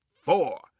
four